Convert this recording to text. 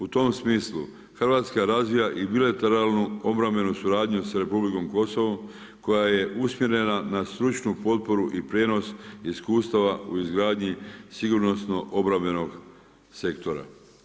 U tom smislu Hrvatska razvija i bilateralnu obrambenu suradnju sa Republikom Kosovom koja je usmjerena na stručnu potporu i prijenos iskustava u izgradnji sigurnosno-obrambenog sektora.